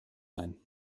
sein